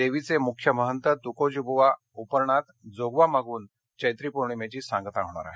देवीचे मुख्य मंहत तुकोजी बुवा उपरणात जोगवा मागून चैत्री पोर्णिमा सांगता होणार आहे